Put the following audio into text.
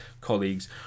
colleagues